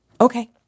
Okay